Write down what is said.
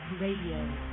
Radio